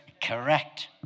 correct